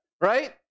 Right